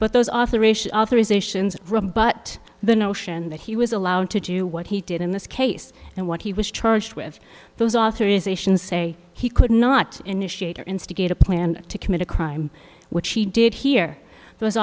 but those authorisation authorizations but the notion that he was allowed to do what he did in this case and what he was charged with those authorizations say he could not initiate or instigate a plan to commit a crime which he did here was